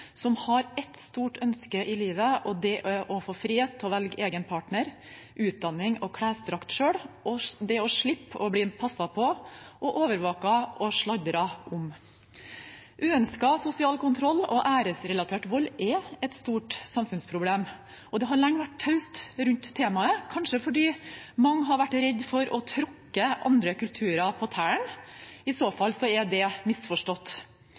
som har ett stort ønske i livet, og det er å få frihet til å velge partner, utdanning og klesdrakt selv og å slippe å bli passet på, overvåket og sladret om. Uønsket sosial kontroll og æresrelatert vold er et stort samfunnsproblem. Det har lenge vært taust rundt temaet, kanskje fordi mange har vært redde for å tråkke andre kulturer på tærne. I så fall er det misforstått.